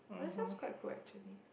that sounds quite cool actually